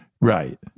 Right